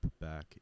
back